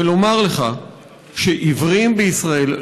ולומר לך שעיוורים בישראל,